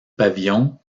pavillon